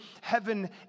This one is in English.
heaven